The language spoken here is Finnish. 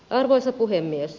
arvoisa puhemies